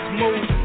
move